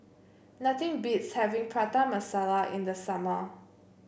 nothing beats having Prata Masala in the summer